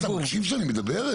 אתה מקשיב כשאני מדבר,